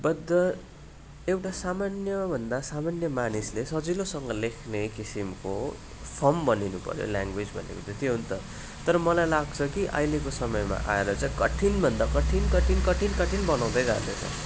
but the एउटा सामान्य भन्दा सामान्य मानिसले सजिलोसँग लेख्ने किसिमको फर्म बनिनु पर्ने ल्याङ्गवेज भनेको त त्यो हो नि त तर मलाई लाग्छ कि अहिलेको समयमा आएर चाहिँ कठिन भन्दा कठिन कठिन कठिन कठिन बनाउँदै जाँदैछ